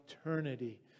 eternity